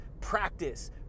practice